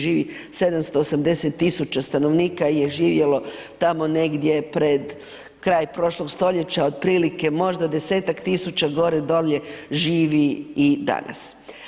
Živi 780 tisuća stanovnika je živjelo tamo negdje pred kraj prošloga stoljeća, otprilike možda 10-tak tisuća gore, dolje živi i danas.